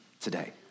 today